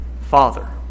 father